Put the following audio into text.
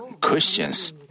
Christians